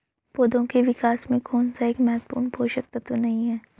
पौधों के विकास में कौन सा एक महत्वपूर्ण पोषक तत्व नहीं है?